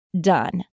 done